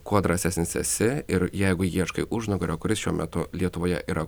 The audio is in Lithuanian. kuo drąsesnis esi ir jeigu ieškai užnugario kuris šiuo metu lietuvoje yra